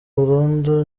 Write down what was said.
burundu